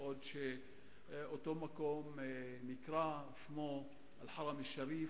בעוד אותו מקום נקרא שמו "אל-חרם א-שריף",